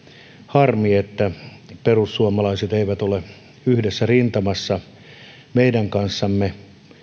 harmi että perussuomalaiset eivät ole yhdessä rintamassa meidän kanssamme on